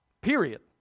period